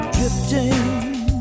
Drifting